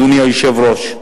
אדוני היושב-ראש.